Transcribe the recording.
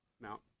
Mount